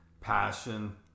passion